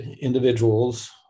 individuals